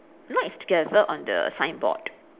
no it's together on the signboard